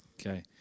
Okay